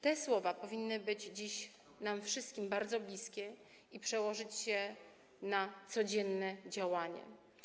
Te słowa powinny być dziś nam wszystkim bardzo bliskie i powinny przełożyć się na codzienne działania.